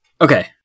Okay